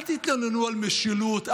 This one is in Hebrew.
אל תתאוננו על משילות,